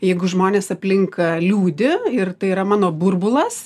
jeigu žmonės aplink liūdi ir tai yra mano burbulas